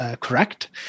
correct